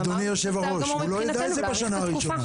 אמרנו שבסדר גמור מבחינתנו להאריך את התקופה.